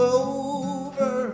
over